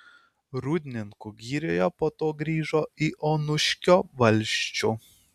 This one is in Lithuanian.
rūdninkų girioje po to grįžo į onuškio valsčių